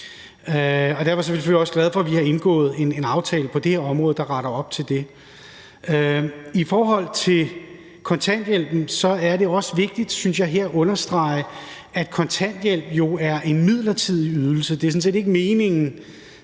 selvfølgelig også glade for, at vi har indgået en aftale på det område, der retter op på det. I forhold til kontanthjælpen er det jo også vigtigt, synes jeg, her at understrege, at kontanthjælp er en midlertidig ydelse. Det er sådan set ikke meningen,